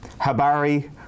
habari